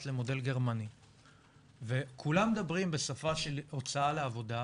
למודל גרמני וכולם מדברים בשפה של הוצאה לעבודה,